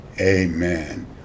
Amen